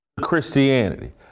Christianity